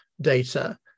data